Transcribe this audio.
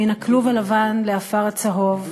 / מן הכלוב הלבן לעפר הצהוב,